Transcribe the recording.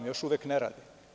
Još uvek ne rade.